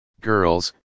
Girls